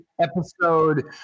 episode